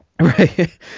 Right